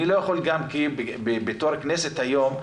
אני לא יכול גם בתור כנסת היום,